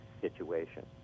situation